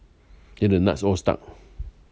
then the nuts all stuck